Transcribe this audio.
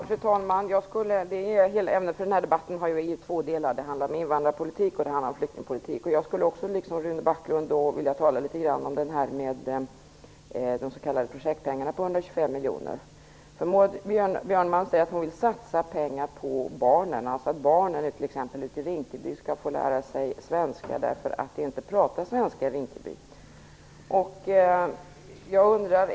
Fru talman! Ämnet för denna debatt har två delar. Det handlar om invandrarpolitik och flyktingpolitik. Jag skulle liksom Rune Backlund vilja tala litet om de s.k. projektpengarna på 125 miljoner. Maud Björnemalm säger att hon vill satsa pengar på barnen, t.ex. på att barnen ute i Rinkeby skall lära sig svenska, därför att det inte pratas svenska i Rinkeby.